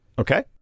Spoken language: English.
Okay